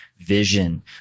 vision